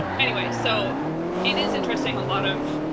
anyway, so it is interesting a lot of,